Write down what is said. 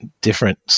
different